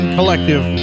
Collective